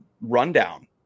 rundown